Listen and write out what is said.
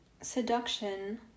Seduction